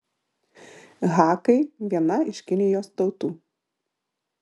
hakai viena iš kinijos tautų